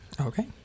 Okay